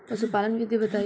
पशुपालन विधि बताई?